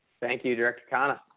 thank you direct comma.